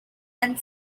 and